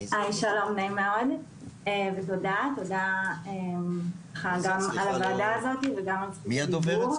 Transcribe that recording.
נעים מאוד, תודה על הוועדה וגם על רשות הדיבור.